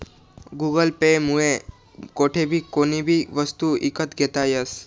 Google Pay मुये कोठेबी कोणीबी वस्तू ईकत लेता यस